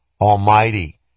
Almighty